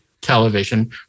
television